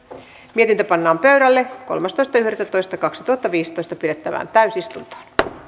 mietintö pannaan pöydälle kolmastoista yhdettätoista kaksituhattaviisitoista pidettävään täysistuntoon